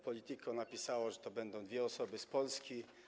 Politico” napisało, że to będą dwie osoby z Polski.